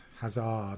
Hazard